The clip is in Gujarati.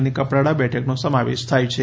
અને કપરાડા બેઠકોનો સમાવેશ થાય છે